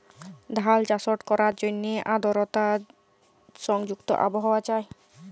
ধাল চাষট ক্যরার জ্যনহে আদরতা সংযুক্ত আবহাওয়া চাই